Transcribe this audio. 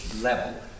level